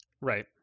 Right